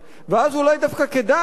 כך אומרים אותם אומרים,